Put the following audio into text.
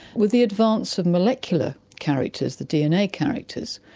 with the advance of molecular characters, the dna characters,